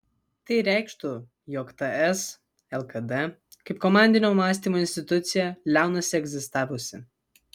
tai reikštų jog ts lkd kaip komandinio mąstymo institucija liaunasi egzistavusi